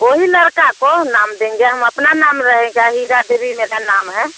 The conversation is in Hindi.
वही लड़के को नाम देंगे हम अपना नाम रहेगा हीरा देवी मेरा नाम है